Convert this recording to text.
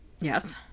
Yes